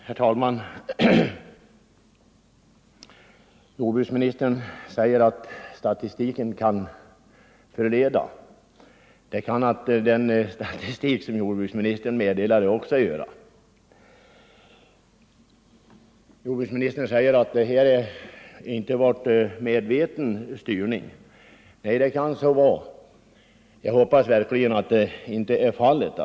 Herr talman! Jordbruksministern säger att den statistik jag hänvisar till kan vara missvisande, men det kan naturligtvis också den statistik vara som jordbruksministern anför. Jordbruksministern säger vidare att det inte förekommit någon medveten styrning av odlingsförsöken. Nej, jag hoppas verkligen att så inte varit fallet.